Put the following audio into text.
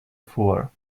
fuller